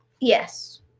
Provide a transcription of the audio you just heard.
Yes